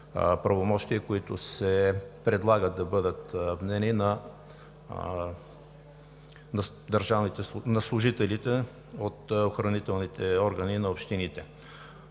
правомощия, които се предлагат да бъдат вменени на служителите от охранителните органи на общините.